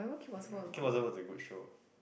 Kim Possible was a good show